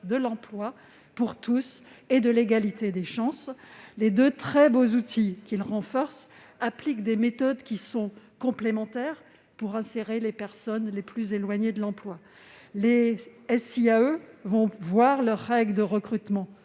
de l'emploi pour tous et de l'égalité des chances. Les deux très beaux outils qu'il renforce appliquent des méthodes complémentaires pour insérer les personnes les plus éloignées de l'emploi. Les SIAE vont voir leurs règles de recrutement